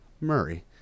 Murray